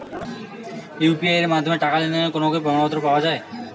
UPI এর মাধ্যমে টাকা লেনদেনের কোন কি প্রমাণপত্র পাওয়া য়ায়?